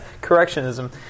correctionism